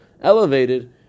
elevated